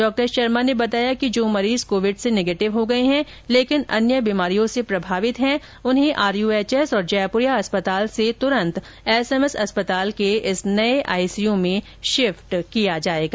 डॉ शर्मा ने बताया कि जो मरीज कोविड से निगेटिव हो गए है लेकिन अन्य बीमारियों से प्रभावित है उन्हें आरयूएचएस और जयपुरिया अस्पताल से तुरंत एसएमएस अस्पताल के इस नए आईसीयू में शिफ्ट किया जाएगा